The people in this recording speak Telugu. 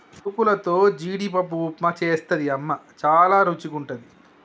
అటుకులతో జీడిపప్పు ఉప్మా చేస్తది అమ్మ చాల రుచిగుంటది